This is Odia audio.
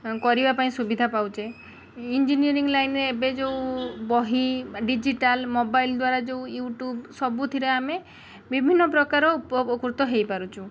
କରିବା ପାଇଁ ସୁବିଧା ପାଉଛେ ଇଞ୍ଜିନିୟରିଂ ଲାଇନ୍ରେ ଏବେ ଯେଉଁ ବହିବା ଡିଜିଟାଲ୍ ମୋବାଇଲ ଦ୍ୱାରା ଯେଉଁ ୟୁଟ୍ୟୁବ ସବୁଥିରେ ଆମେ ଆମେ ବିଭିନ୍ନପ୍ରକାର ଉପକୃତ ହେଇପାରୁଛୁ